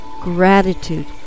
gratitude